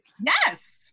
yes